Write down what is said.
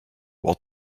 while